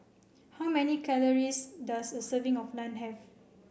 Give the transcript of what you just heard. how many calories does a serving of Naan have